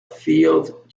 field